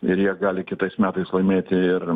ir jie gali kitais metais laimėti ir